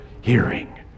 hearing